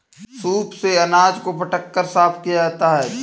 soup से अनाज को फटक कर साफ किया जाता है